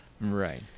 Right